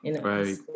Right